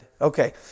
Okay